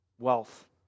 wealth